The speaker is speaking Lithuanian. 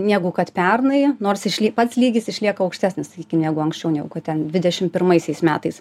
negu kad pernai nors išli pats lygis išlieka aukštesnis negu anksčiau negu kad ten dvidešimt pirmaisiais metais